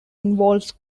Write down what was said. involves